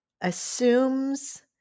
assumes